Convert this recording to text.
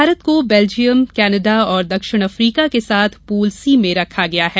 भारत को Belgium Canada और दक्षिण अफ्रीका के साथ पूल सी में रखा गया है